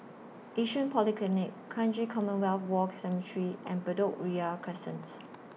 Yishun Polyclinic Kranji Commonwealth War Cemetery and Bedok Ria Crescent